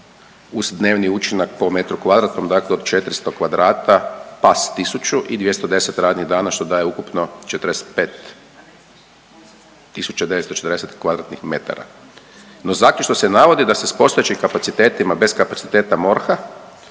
uz dnevni učinak po metru kvadratnom dakle od 400 kvadrata, pas 1000 i 210 radnih dana što daje ukupno 45.940 kvadratnih metara. No, zaključno se navodi da se postojećim kapacitetima bez kapaciteta MORH-a,